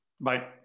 Bye